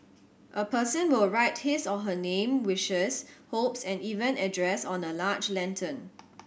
a person will write his or her name wishes hopes and even address on a large lantern